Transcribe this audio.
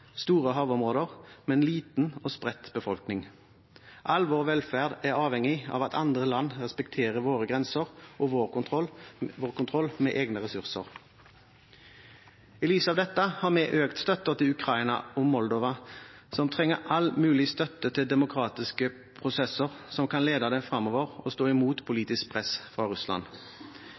store havområder, men liten og spredt befolkning. All vår velferd er avhengig av at andre land respekterer våre grenser og vår kontroll med egne ressurser. I lys av dette har vi økt støtten til Ukraina og Moldova, som trenger all mulig støtte til demokratiske prosesser som kan lede dem framover og stå imot politisk press fra Russland.